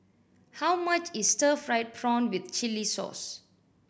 how much is stir fried prawn with chili sauce